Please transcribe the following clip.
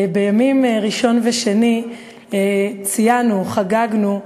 בימים ראשון ושני ציינו, חגגנו,